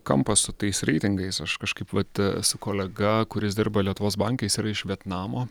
kampas su tais reitingais aš kažkaip vat su kolega kuris dirba lietuvos bankais yra iš vietnamo